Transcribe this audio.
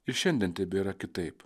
ir šiandien tebėra kitaip